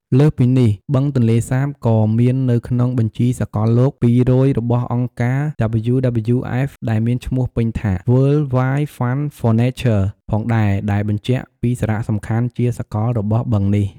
លើសពីនេះ បឹងទន្លេសាបក៏មាននៅក្នុង បញ្ជីសកលលោក ២០០ របស់អង្គការ WWF ដែលមានឈ្មោះពេញថា World Wide Fund for Nature ផងដែរ ដែលបញ្ជាក់ពីសារៈសំខាន់ជាសកលរបស់បឹងនេះ។